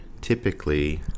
Typically